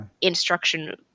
instruction